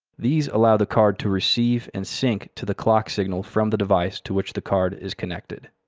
these allow the card to receive and sync to the clock signal from the device to which the card is connected.